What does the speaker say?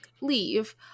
leave